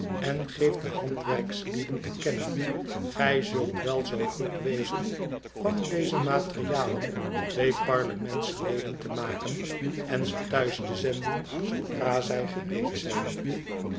en geeft de handwerkslieden te kennen gij zult wel zoo goed wezen van deze materialen twee parlementsleden te maken en ze thuis te zenden zoodra zij gereed zijn